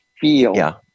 feel